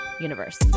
Universe